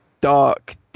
dark